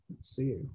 see